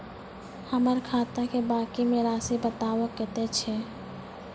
हमर खाता के बाँकी के रासि बताबो कतेय छै?